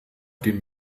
dem